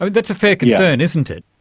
ah that's a fair concern, isn't it?